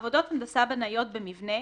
עבודות הנדסה בנאיות במבנה,